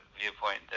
viewpoint